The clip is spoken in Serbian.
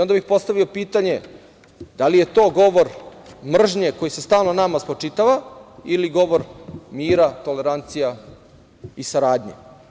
Onda bih postavio pitanje, da li je to govor mržnje koji se stalno nama spočitava ili govor mira, tolerancije i saradnje?